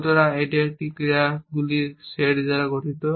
সুতরাং এটি একটি ক্রিয়াগুলির সেট দ্বারা গঠিত